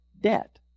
debt